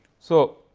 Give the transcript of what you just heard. so,